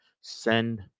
send